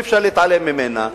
אי-אפשר להתעלם ממנה.